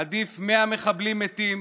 עדיף 100 מחבלים מתים,